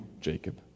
Jacob